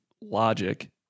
logic